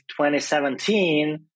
2017